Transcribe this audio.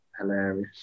hilarious